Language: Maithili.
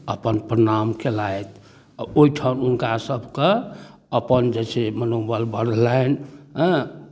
अपन प्रणाम कएलथि आओर ओहिठाम हुनकासभके अपन जे छै मनोबल बढ़लनि हँ